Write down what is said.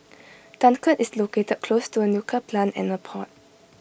Dunkirk is located close to A nuclear plant and A port